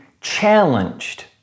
challenged